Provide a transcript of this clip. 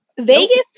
Vegas